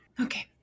Okay